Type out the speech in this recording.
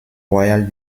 royale